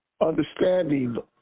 understanding